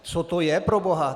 Co to je, proboha?